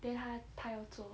then 她她要做